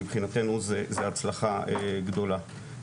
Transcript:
מבחינתנו זה הצלחה גדולה.